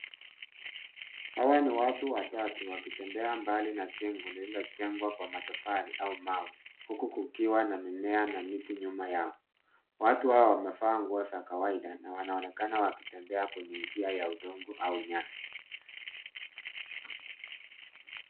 Hawa ni watu watatu wakitembea mbali na jengo lililojengwa kwa matofali au mawe huku kukiwa na mimea au miti nyuma yao. Watu hawa wamevaa nguo za kawaida na wanaonekana wakitembea kwenye njia ya udongo au nyasi.